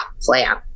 plan